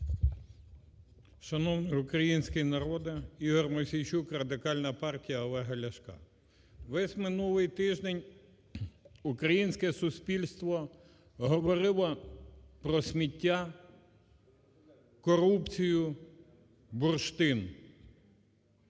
Шановний український народе! Ігор Мосійчук, Радикальна партія Олег Ляшка. Весь минулий тиждень українське суспільство говорило про сміття, корупцію, бурштин.